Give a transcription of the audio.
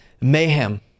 mayhem